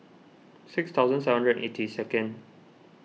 six thousand seven hundred and eighty second